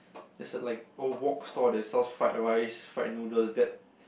there's a like old walk stall that sells fried rice fried noodles that